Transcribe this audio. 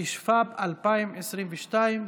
התשפ"ב 2022,